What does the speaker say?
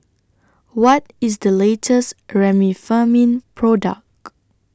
What IS The latest Remifemin Product